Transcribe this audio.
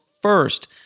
first